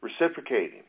reciprocating